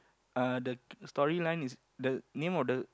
uh the storyline is the name of the